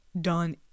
done